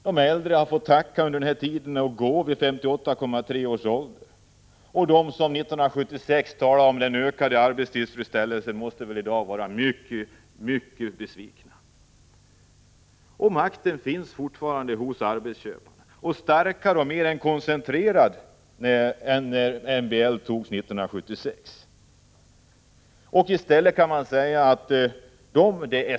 De äldre har under den här tiden fått tacka och gå vid 58,3 års ålder. De som 1976 talade om den ökade arbetstillfredsställelsen måste i dag vara mycket besvikna. Makten finns fortfarande hos arbetsköparna, och den är starkare och mer koncentrerad än när MBL togs 1976.